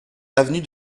avenue